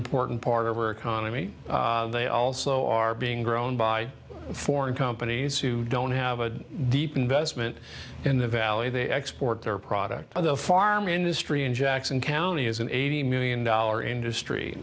important part of our economy they also are being grown by foreign companies who don't have a deep investment in the valley they export their product of the farming industry in jackson county is an eighty million dollar industry